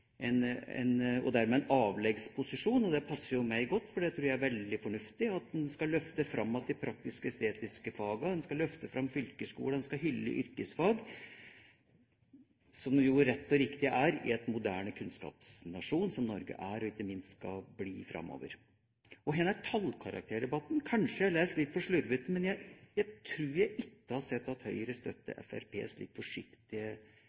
og dermed en avleggs posisjon. Det passer meg godt, for jeg tror det er veldig fornuftig at en skal løfte fram igjen de praktisk-estetiske fagene, en skal løfte fram kulturskole, og en skal hylle yrkesfag, som er rett og riktig i en moderne kunnskapsnasjon som Norge er, og ikke minst skal bli framover. Når det gjelder tallkarakterdebatten, har jeg kanskje lest litt for slurvete, men jeg tror ikke jeg har sett at Høyre støtter Fremskrittspartiets litt forsiktige